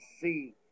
see